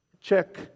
Check